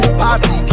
party